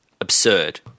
absurd